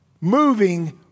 moving